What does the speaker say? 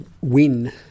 win